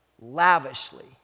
lavishly